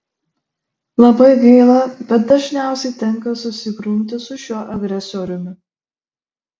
labai gaila bet dažniausiai tenka susigrumti su šiuo agresoriumi